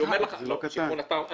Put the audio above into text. לא קטן.